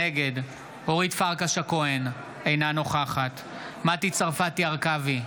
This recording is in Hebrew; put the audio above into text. נגד אורית פרקש הכהן, אינה נוכחת מטי צרפתי הרכבי,